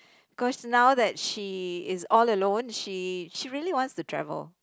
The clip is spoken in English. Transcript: because now that she is all alone she she really wants to travel